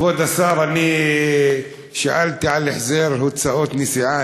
כבוד השר, שאלתי על החזר הוצאות נסיעה.